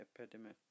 epidemic